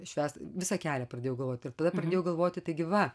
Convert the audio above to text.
švęsti visą kelią pradėjau galvoti ir tada pradėjau galvoti taigi va